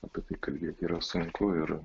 apie tai kalbėt yra sunku ir